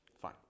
Fine